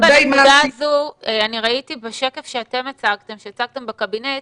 הזו, אני ראיתי בשקף שאתם הצגתם בקבינט,